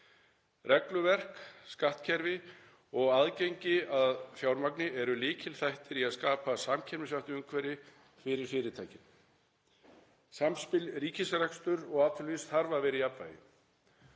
Regluverk, skattkerfi og aðgengi að fjármagni eru lykilþættir í að skapa samkeppnishæft umhverfi fyrir fyrirtækin. Samspil ríkisreksturs og atvinnulífs þarf að vera í jafnvægi.